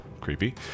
Creepy